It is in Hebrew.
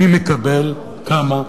מי מקבל, כמה?